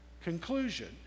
conclusion